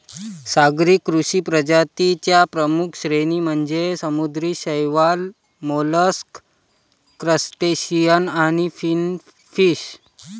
सागरी कृषी प्रजातीं च्या प्रमुख श्रेणी म्हणजे समुद्री शैवाल, मोलस्क, क्रस्टेशियन आणि फिनफिश